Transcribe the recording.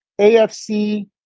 AFC